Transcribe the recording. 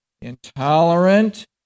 intolerant